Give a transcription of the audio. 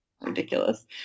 ridiculous